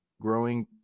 growing